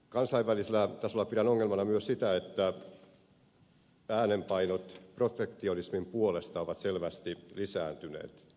kansainvälisellä tasolla pidän ongelmana myös sitä että äänenpainot protektionismin puolesta ovat selvästi lisääntyneet